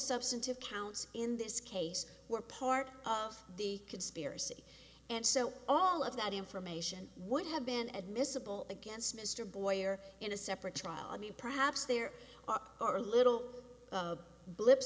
substantive counts in this case were part of the conspiracy and so all of that information would have been at miscible against mr boyer in a separate trial i mean perhaps there are little blip